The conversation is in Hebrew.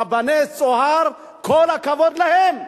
רבני "צהר", כל הכבוד להם.